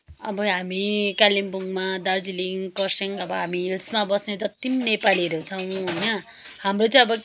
अब हामी कालिम्पोङमा दार्जिलिङ खरसाङ अब हामी हिल्समा बस्ने जति पनि नेपालीहरू छौँ होइन